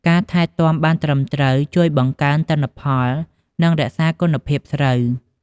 ការថែទាំបានត្រឹមត្រូវជួយបង្កើនទិន្នផល និងរក្សាគុណភាពស្រូវ។